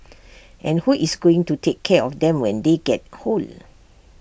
and who is going to take care of them when they get old